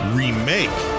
remake